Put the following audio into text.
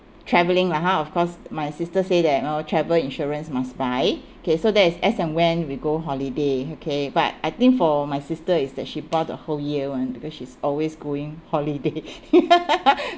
travelling lah ha of course my sister say that oh travel insurance must buy okay so that is as and when we go holiday okay but I think for my sister is that she bought the whole year one because she's always going holiday